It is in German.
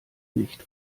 nicht